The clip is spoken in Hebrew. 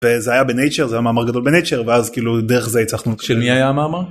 זה היה בנייצ'ר זה היה מאמר גדול בנייצ'ר ואז כאילו דרך זה הצלחנו. של מי היה המאמר?